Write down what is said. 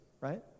Right